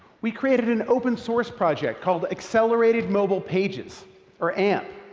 we created an open source project called accelerated mobile pages or amp,